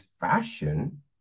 fashion